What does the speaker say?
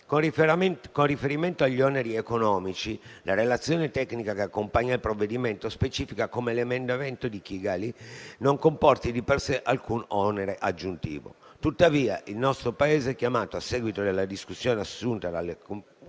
Con riferimento agli oneri economici, la relazione tecnica che accompagna il provvedimento specifica come l'emendamento di Kigali non comporti di per sé alcun onere aggiuntivo. Tuttavia, il nostro Paese è chiamato, a seguito della discussione assunta dalla Conferenza